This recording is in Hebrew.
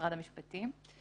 משרד המשפטים.